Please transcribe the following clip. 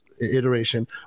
iteration